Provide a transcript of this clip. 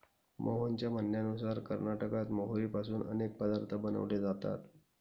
मोहनच्या म्हणण्यानुसार कर्नाटकात मोहरीपासून अनेक पदार्थ बनवले जातात